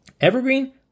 Evergreen